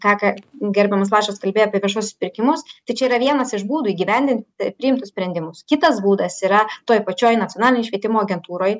ką ką gerbiamas lašas kalbėjo apie viešuosius pirkimus tai čia yra vienas iš būdų įgyvendinti priimtus sprendimus kitas būdas yra toj pačioj nacionalinėj švietimo agentūroj